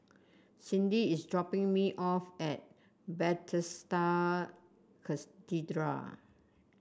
Cindi is dropping me off at Bethesda Cathedral